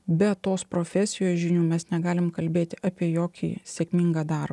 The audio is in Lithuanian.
be tos profesijos žinių mes negalim kalbėti apie jokį sėkmingą darbą